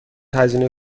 هزینه